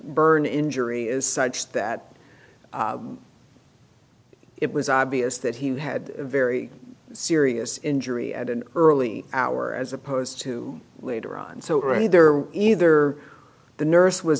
burn injury is such that it was obvious that he had a very serious injury at an early hour as opposed to later on so any there either the nurse was